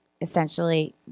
essentially